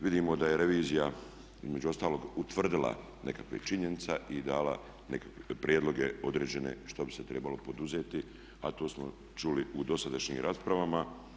Vidimo da je revizija između ostalog utvrdila nekakve činjenice i dala nekakve prijedloge određene što bi se trebalo poduzeti, a to smo čuli u dosadašnjim raspravama.